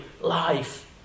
life